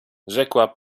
rzekła